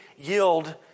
yield